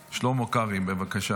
שלמה קרעי, בבקשה.